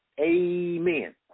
Amen